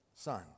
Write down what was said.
son